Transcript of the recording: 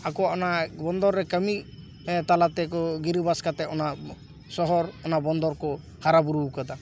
ᱟᱠᱚᱣᱟᱜ ᱚᱱᱟ ᱵᱚᱱᱫᱚᱨ ᱨᱮ ᱠᱟᱹᱢᱤ ᱛᱟᱞᱟ ᱛᱮᱠᱚ ᱜᱤᱨᱟᱹᱵᱟᱥ ᱠᱟᱛᱮᱫ ᱚᱱᱟ ᱥᱚᱦᱚᱨ ᱚᱱᱟ ᱵᱚᱱᱫᱚᱨ ᱠᱚ ᱦᱟᱨᱟ ᱵᱩᱨᱩᱣ ᱠᱟᱫᱟ